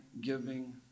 giving